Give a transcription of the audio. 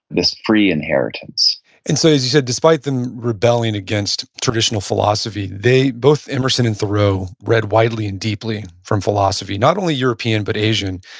this free inheritance and so as you said, despite them rebelling against traditional philosophy, both emerson and thoreau, read widely and deeply from philosophy, not only european but asian.